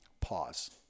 Pause